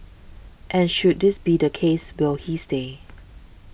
and should this be the case will he stay